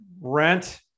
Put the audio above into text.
rent